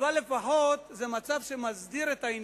אבל לפחות זה מצב שמסדיר את העניין.